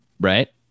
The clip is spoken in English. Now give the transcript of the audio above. right